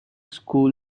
school